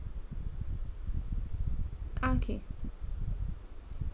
okay